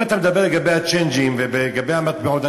אם אתה מדבר על הצ'יינג'ים ולגבי המטבעות,